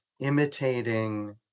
imitating